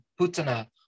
Putana